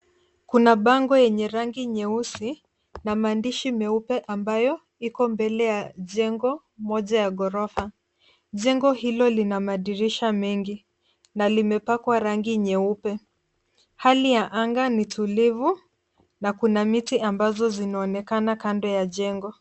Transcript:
Kuna bango yenye rangi nyeusi na maandishi meupe ambayo iko mbele ya jengo moja ya ghorofa. Jengo hilo lina madirisha mengi na limepakwa rangi nyeupe. Hali ya anga ni tulivu na kuna miti ambazo zinaonekana kando ya jengo.